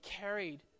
carried